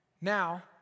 now